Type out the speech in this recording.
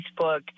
Facebook